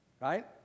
right